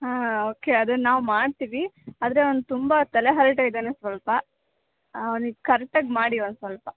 ಹಾಂ ಓಕೆ ಅದನ್ನು ನಾವು ಮಾಡ್ತೀವಿ ಆದರೆ ಅವನು ತುಂಬ ತಲೆಹರಟೆ ಇದ್ದಾನೆ ಸ್ವಲ್ಪ ಅವನಿಗೆ ಕರೆಕ್ಟಾಗಿ ಮಾಡಿ ಒಂದು ಸ್ವಲ್ಪ